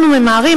אנחנו ממהרים,